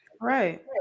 Right